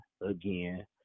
again